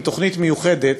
עם תוכנית מיוחדת,